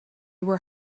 were